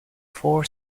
four